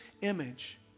image